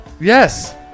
yes